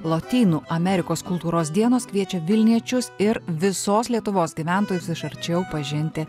lotynų amerikos kultūros dienos kviečia vilniečius ir visos lietuvos gyventojus iš arčiau pažinti